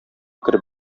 кереп